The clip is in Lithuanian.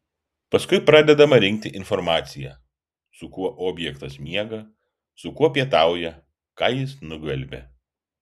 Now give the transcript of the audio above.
paskui pradedama rinkti informacija su kuo objektas miega su kuo pietauja ką jis nugvelbė